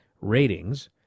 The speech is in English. ratings